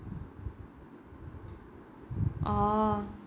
orh